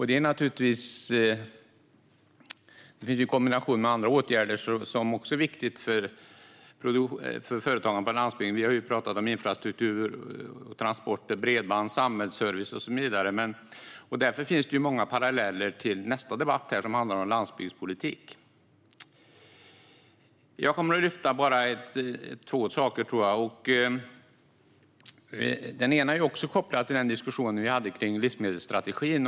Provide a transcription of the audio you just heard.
Det finns många andra åtgärder som är viktiga för företagandet på landsbygden. Vi har talat om infrastruktur, transporter, bredband, samhällsservice och så vidare. Därför finns det många paralleller till nästa debatt här, som handlar om landsbygdspolitik. Jag ska ta upp två saker, tror jag. Den ena är också kopplad till diskussionen om livsmedelsstrategin.